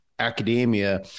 academia